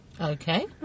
Okay